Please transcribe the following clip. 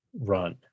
run